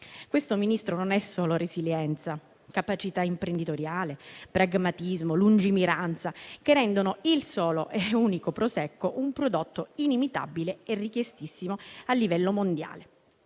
questa non è solo resilienza, ma capacità imprenditoriale, pragmatismo e lungimiranza, che rendono il solo e unico Prosecco un prodotto inimitabile e richiestissimo a livello mondiale.